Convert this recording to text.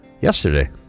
yesterday